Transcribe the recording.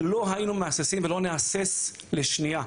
לא היינו מהססים ולא נהסס לשנייה.